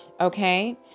Okay